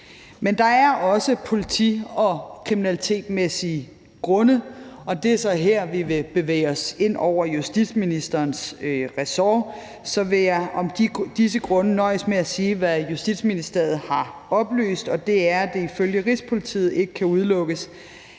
Men der er også politi- og kriminalitetsmæssige grunde, og det er så her, vi vil bevæge os ind over justitsministerens ressort, og derfor vil jeg af disse grunde nøjes med at sige, hvad Justitsministeriet har oplyst, og det er, at det ifølge Rigspolitiet ikke kan udelukkes,